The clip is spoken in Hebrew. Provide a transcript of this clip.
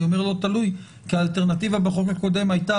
אני אומר לא תלוי כי האלטרנטיבה בחוק הקודם הייתה